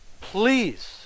Please